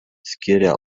skiria